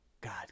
God